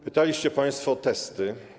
Pytaliście państwo o testy.